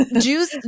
Jews